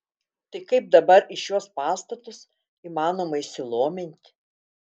tai kaip dabar į šiuos pastatus įmanoma įsilominti